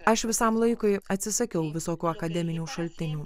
aš visam laikui atsisakiau visokių akademinių šaltinių